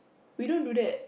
we don't do that